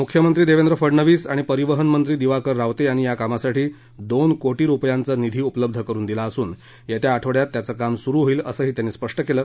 मुख्यमंत्री देवेंद्र फडणवीस आणि परिवहनमंत्री दिवाकर रावते यांनी या कामासाठी दोन कोटी रुपयांचा निधी उपलब्ध करुन दिला असून येत्या आठवड्यात त्याचं काम सुरु होईल असंही त्यांनी स्पष्ट केलं